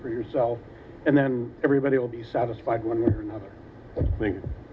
for yourself and then everybody will be satisfied when